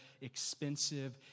expensive